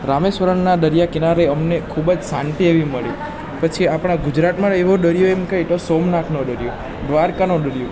રામેશ્વરમના દરિયા કિનારે અમને ખૂબ જ શાંતિ એવી મળી પછી આપણા ગુજરાતમાં એવો દરિયો એમ કહે તો સોમનાથનો દરિયો દ્વારકાનો દરિયો